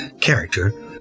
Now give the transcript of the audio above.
character